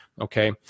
Okay